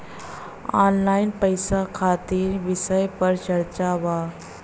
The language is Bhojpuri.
ऑनलाइन पैसा खातिर विषय पर चर्चा वा?